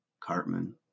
Cartman